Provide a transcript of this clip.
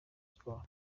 sports